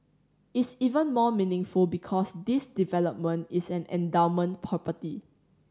is even more meaningful because this development is an endowment property